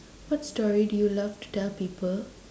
what story do you love to tell people